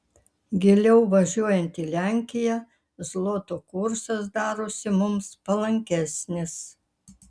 giliau važiuojant į lenkiją zloto kursas darosi mums palankesnis